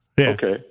okay